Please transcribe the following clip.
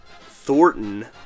Thornton